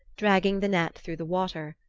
dragging the net through the water.